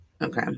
Okay